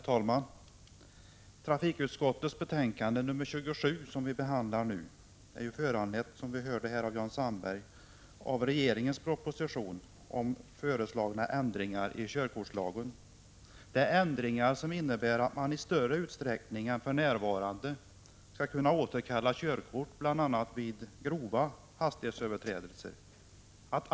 Herr talman! Trafikutskottets betänkande nr 27 som vi nu behandlar är ju, som vi nyss hörde av Jan Sandberg, föranlett av regeringens proposition om ändringar i körkortslagen. De föreslagna ändringarna innebär att man i större utsträckning än för närvarande skall kunna återkalla ett körkort, bl.a. vid grova hastighetsöverträdelser.